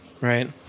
right